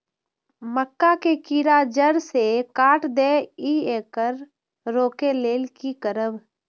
मक्का के कीरा जड़ से काट देय ईय येकर रोके लेल की करब?